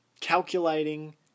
calculating